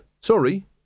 sorry